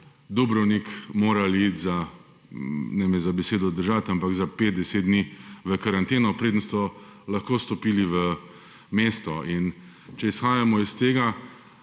za – ne me za besedo držati – ampak za pet, deset dni v karanteno, preden so lahko stopili v mesto. In če izhajamo iz tega